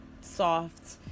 soft